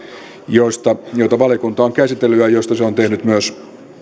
joita joita valiokunta on käsitellyt ja joista se on tehnyt myös